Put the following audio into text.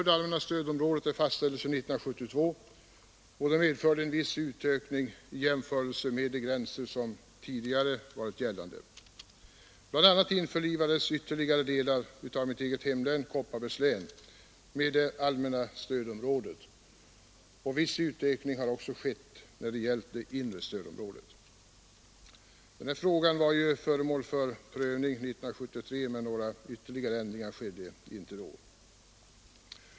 Det allmänna stödområdet utvidgades 1972 — bl.a. införlivades ytterligare delar av mitt eget län, Kopparbergs län, med det allmänna stödområdet. Viss utveckling har också skett beträffande det inre stödområdet. Frågan var föremål för prövning 1973, men någon ytterligare ändring genomfördes inte då.